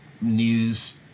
news